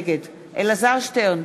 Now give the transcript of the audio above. נגד אלעזר שטרן,